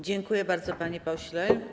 Dziękuję bardzo, panie pośle.